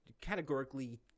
categorically